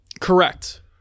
Correct